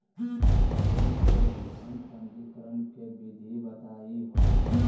हमनी के उद्यम पंजीकरण के विधि बताही हो?